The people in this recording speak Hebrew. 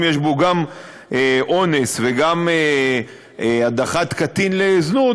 אם יש בו גם אונס וגם הדחת קטין לזנות,